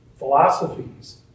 Philosophies